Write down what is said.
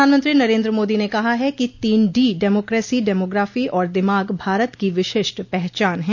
प्रधानमंत्री नरेन्द्र मोदी ने कहा है कि तीन डी डेमोक्रेसी डेमोग्राफी और दिमाग भारत की विशिष्ट पहचान है